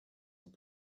vous